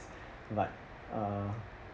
but uh